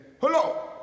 hello